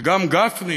וגם גפני,